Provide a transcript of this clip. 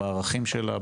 בערכים שלה,